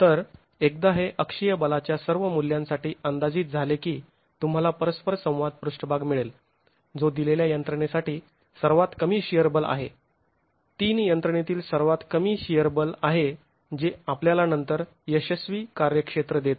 तर एकदा हे अक्षीय बलाच्या सर्व मूल्यांसाठी अंदाजित झाले की तुम्हाला परस्पर संवाद पृष्ठभाग मिळेल जो दिलेल्या यंत्रणेसाठी सर्वात कमी शिअर बल आहे ३ यंत्रणेतील सर्वात कमी शिअर बल आहे जे आपल्यालानंतर यशस्वी कार्यक्षेत्र देते